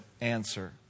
answer